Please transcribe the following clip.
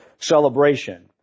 celebration